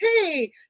Hey